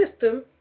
system